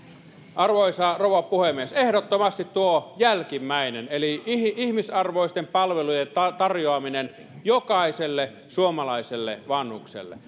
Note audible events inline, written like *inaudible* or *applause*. arvoisa rouva puhemies ehdottomasti tuo jälkimmäinen eli ihmisarvoisten palvelujen tarjoaminen jokaiselle suomalaiselle vanhukselle *unintelligible*